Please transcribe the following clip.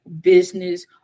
business